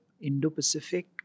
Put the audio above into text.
Indo-Pacific